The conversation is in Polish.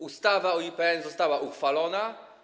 Ustawa o IPN została uchwalona.